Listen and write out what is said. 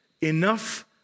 enough